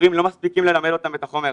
המורים לא מספיקים ללמד אותם את החומר,